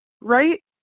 right